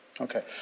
Okay